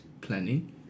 planning